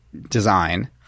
design